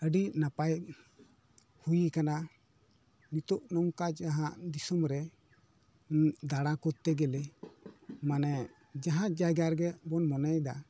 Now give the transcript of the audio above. ᱟᱹᱰᱤ ᱱᱟᱯᱟᱭ ᱦᱩᱭ ᱠᱟᱱᱟ ᱱᱤᱛᱳᱜ ᱱᱚᱝᱠᱟ ᱡᱟᱦᱟᱸ ᱫᱤᱥᱚᱢ ᱨᱮ ᱫᱟᱬᱟ ᱠᱳᱨᱛᱮ ᱜᱮᱞᱮ ᱢᱟᱱᱮ ᱡᱟᱦᱟᱸ ᱡᱟᱭᱜᱟ ᱨᱮᱜᱮ ᱵᱚᱱ ᱢᱚᱱᱮᱭ ᱫᱟ